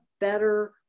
better